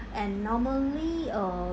and normally uh